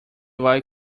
vai